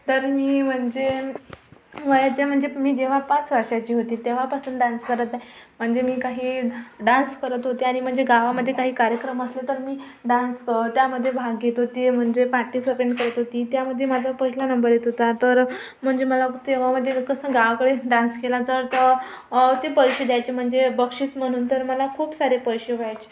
तर मी म्हणजे वयाच्या म्हणजे ततर मी जेव्हा पाच वर्षाची होती तेव्हापासून डान्स करत आहे म्हणजे मी काही डान्स करत होती आणि म्हंजे गावामध्ये काही कार्यक्रम असेल तर मी डान्स त्यामधे भाग घेत होती म्हंजे पार्टिसिपंट करत होती त्यामध्ये माझा पहिला नंबर येत होता तर म्हणजे मला तेव्हा म्हणजे कसं गावकडे डान्स केला तर तो ते पैसे द्यायचे म्हणजे बक्षीस म्हनून तर मला खूप सारे पैसे व्हायचे